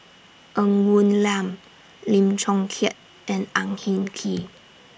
Ng Woon Lam Lim Chong Keat and Ang Hin Kee